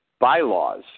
bylaws